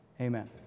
Amen